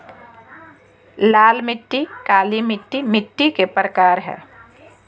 लाल मिट्टी, काली मिट्टी मिट्टी के प्रकार हय